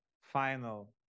final